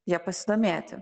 ja pasidomėti